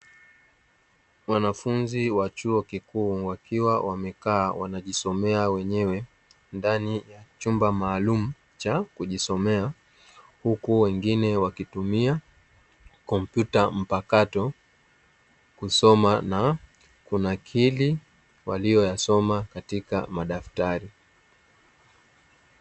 Wanafunzi wa chuo kikuu wakiwa wamekaa wanajisomea wenyewe ndani ya chumba maalum cha kujisomea, huku wengine wakitumia kompyuta mpakato kusoma na kunakili waliyoyasoma katika madaftari.